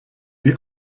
die